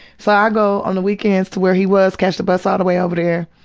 so i ah go on the weekends to where he was, catch the bus all the way over there,